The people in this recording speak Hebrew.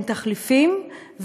עם תחליפים,